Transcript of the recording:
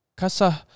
kasah